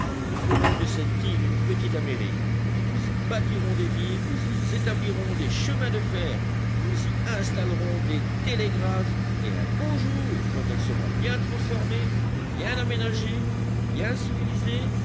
nous ferons de cette île une petite amérique nous y bâtirons des villes nous y établirons des chemins de fer nous y installerons des télégraphes et un beau jour quand elle sera bien transformée bien aménagée bien civilisée